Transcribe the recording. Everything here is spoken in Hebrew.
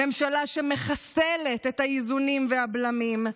ממשלה שמחסלת את האיזונים והבלמים,